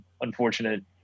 unfortunate